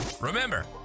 Remember